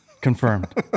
Confirmed